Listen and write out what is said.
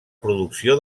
producció